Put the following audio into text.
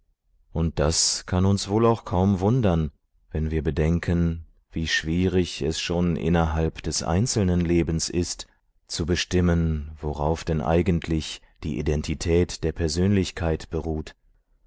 und das kann uns wohl auch kaum wundern wenn wir bedenken wie schwierig es schon innerhalb des einzelnen lebens ist zu bestimmen worauf denn eigentlich die identität der persönlichkeit beruht